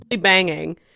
banging